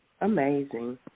Amazing